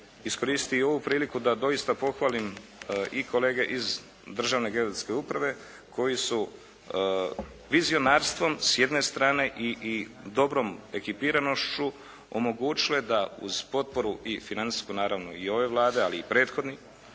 iskoristiti i ovu priliku da doista pohvalim i kolege iz Državne geodetske uprave koji su vizionarstvom s jedne strane i dobrom ekipiranošću omogućile da uz potporu i financijsku naravno i ove Vlade ali i prethodne